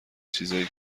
چیزایی